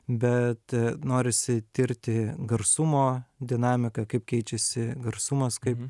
bet norisi tirti garsumo dinamiką kaip keičiasi garsumas kaip